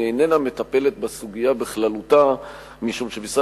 היא איננה מטפלת בסוגיה בכללותה משום שמשרד